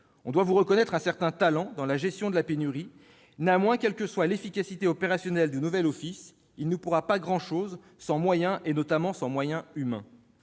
On doit vous reconnaître un certain talent dans la gestion de la pénurie. Néanmoins, quelle que soit l'efficacité opérationnelle du nouvel office, il ne pourra pas grand-chose sans moyens, et notamment sans moyens humains.